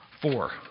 Four